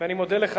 ואני מודה לך,